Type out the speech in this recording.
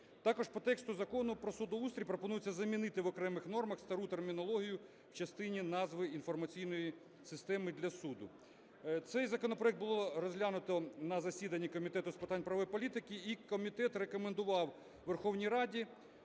Також по тексту Закону про судоустрій пропонується замінити в окремих нормах стару термінологію в частині назви інформаційної системи для суду. Цей законопроект було розглянуто на засіданні Комітету з питань правової політики, і комітет рекомендував Верховній Раді